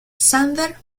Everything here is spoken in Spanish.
xander